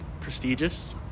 Prestigious